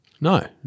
No